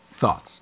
Thoughts